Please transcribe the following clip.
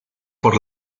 por